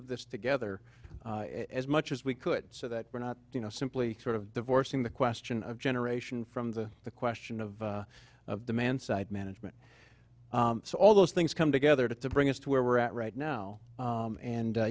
of this together as much as we could so that we're not you know simply sort of divorcing the question of generation from the the question of demand side management all those things come together to bring us to where we're at right now and